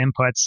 inputs